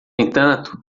entanto